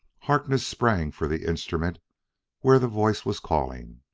harkness sprang for the instrument where the voice was calling.